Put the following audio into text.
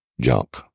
jump